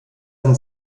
sind